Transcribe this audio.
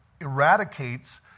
eradicates